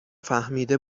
فهمیده